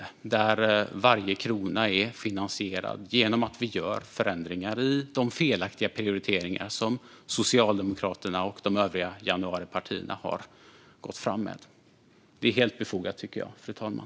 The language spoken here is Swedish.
Varje krona är finansierad genom att vi gör förändringar när det gäller de felaktiga prioriteringar som Socialdemokraterna och de övriga januaripartierna har gått fram med. Detta är helt befogat, tycker jag, fru talman.